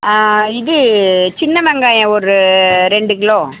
இது சின்ன வெங்காயம் ஒரு ரெண்டுக் கிலோ